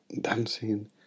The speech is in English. dancing